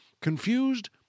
Confused